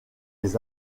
les